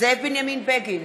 זאב בנימין בגין,